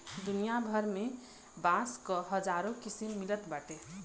दुनिया भर में बांस क हजारो किसिम मिलत बाटे